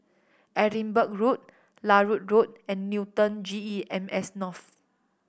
Edinburgh Road Larut Road and Newton G E M S North